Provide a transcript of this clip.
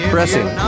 Pressing